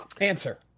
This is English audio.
answer